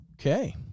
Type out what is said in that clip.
Okay